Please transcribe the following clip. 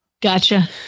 Gotcha